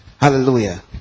Hallelujah